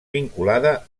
vinculada